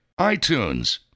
iTunes